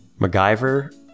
MacGyver